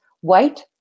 white